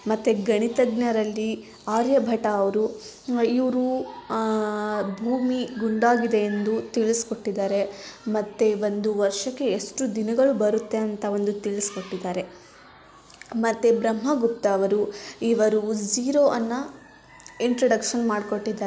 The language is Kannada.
ಮತ್ತು ಗಣಿತಜ್ಞರಲ್ಲಿ ಆರ್ಯಭಟ ಅವರು ಇವರು ಭೂಮಿ ಗುಂಡಾಗಿದೆ ಎಂದು ತಿಳ್ಸ್ಕೊಟ್ಟಿದ್ದಾರೆ ಮತ್ತು ಒಂದು ವರ್ಷಕ್ಕೆ ಎಷ್ಟು ದಿನಗಳು ಬರುತ್ತೆ ಅಂತ ಒಂದು ತಿಳಿಸ್ಕೊಟ್ಟಿದ್ದಾರೆ ಮತ್ತು ಬ್ರಹ್ಮಗುಪ್ತ ಅವರು ಇವರು ಝೀರೋವನ್ನ ಇಂಟ್ರಡಕ್ಷನ್ ಮಾಡಿಕೊಟ್ಟಿದ್ದಾರೆ